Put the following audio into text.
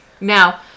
Now